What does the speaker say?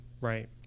Right